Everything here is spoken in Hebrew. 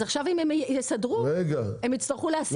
עכשיו אם יפטרו את העובדים הם יצטרכו להעסיק אותם.